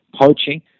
poaching